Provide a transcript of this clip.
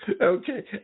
Okay